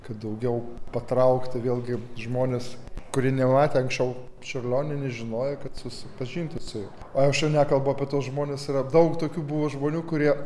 kad daugiau patraukti vėlgi žmones kurie nematė anksčiau čiurlionio nežinojo kad susipažinti su aš nekalbu apie tuos žmones yra daug tokių buvo žmonių kurie